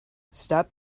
stop